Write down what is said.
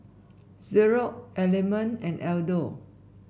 Xorex Element and Aldo